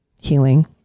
healing